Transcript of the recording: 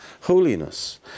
holiness